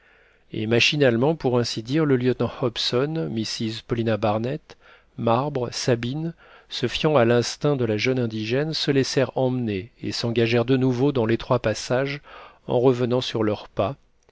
et machinalement pour ainsi dire le lieutenant hobson mrs paulina barnett marbre sabine se fiant à l'instinct de la jeune indigène se laissèrent emmener et s'engagèrent de nouveau dans l'étroit passage en revenant sur leurs pas